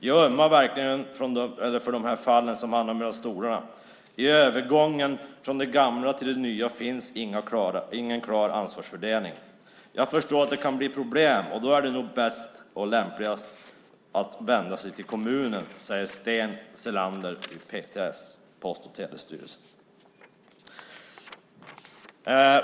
Jag ömmar verkligen för de här fallen som hamnat mellan stolarna. I övergången från det gamla till det nya finns ingen klar ansvarsfördelning. Jag förstår att det kan bli problem och då är nog den lämpligaste lösningen att vända sig till kommunen, säger Sten Sellander, vid PTS."